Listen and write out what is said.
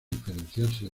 diferenciarse